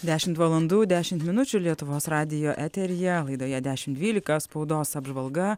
dešimt valandų dešimt minučių lietuvos radijo eteryje laidoje dešim dvylika spaudos apžvalga